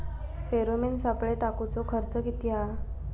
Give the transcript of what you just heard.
Pheromone सापळे टाकूचो खर्च किती हा?